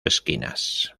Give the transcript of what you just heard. esquinas